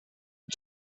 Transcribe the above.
mit